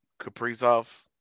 Kaprizov